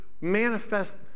manifest